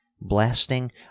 BLASTING